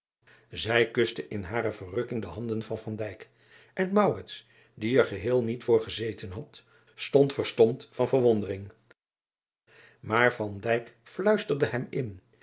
ij kuste in hare verrukking de handen van en die er geheel niet voor gezeten had stond verdomd van verwondering aar sluisterde hem in